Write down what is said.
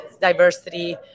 diversity